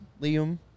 Liam